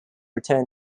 return